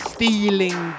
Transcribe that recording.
Stealing